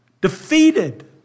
Defeated